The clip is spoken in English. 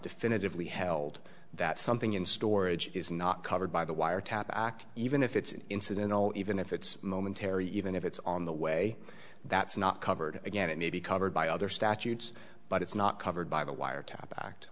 definitively held that something in storage is not covered by the wiretap act even if it's incidental even if it's momentary even if it's on the way that's not covered again it may be covered by other statutes but it's not covered by the wiretap act